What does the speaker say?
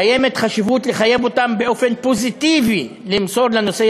חשוב לחייב אותן באופן פוזיטיבי למסור לנוסע